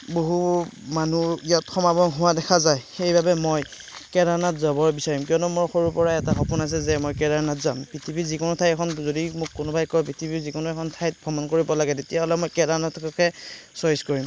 বহু মানুহ ইয়াত সমাগম হোৱা দেখা যায় সেইবাবে মই কেদাৰনাথ যাব বিচাৰিম কিয়নো মোৰ সৰুৰ পৰাই এটা সপোন আছে যে মই কেদাৰনাথ যাম পৃথিৱীৰ যিকোনো ঠাই এখন যদি মোক কোনোবাই কয় পৃথিৱীৰ যিকোনো এখন ঠাইত ভ্ৰমণ কৰিব লাগে তেতিয়াহ'লে মই কেদাৰনাথককে চইছ কৰিম